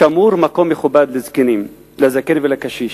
שמור מקום מכובד לזקנים, לזקן ולקשיש.